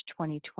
2020